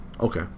okay